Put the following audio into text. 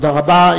תודה רבה.